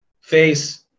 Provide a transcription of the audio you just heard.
Face